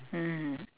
mmhmm